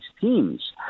teams